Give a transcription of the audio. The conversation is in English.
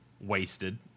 wasted